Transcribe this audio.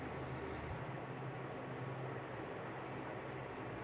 खाद्य और कृषि संगठन भूख को हराने पोषण सुरक्षा में सुधार के लिए नेतृत्व करती है